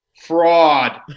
Fraud